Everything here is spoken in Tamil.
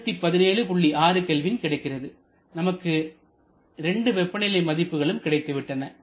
6K கிடைக்கிறது நமக்கு 2 வெப்பநிலை மதிப்புகளும் கிடைத்துவிட்டன